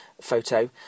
photo